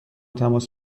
تماس